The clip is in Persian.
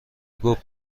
گفت